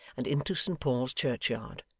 and into st paul's churchyard.